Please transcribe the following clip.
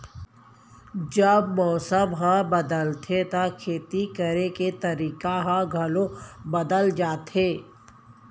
जब मौसम ह बदलथे त खेती करे के तरीका ह घलो बदल जथे?